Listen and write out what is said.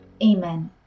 Amen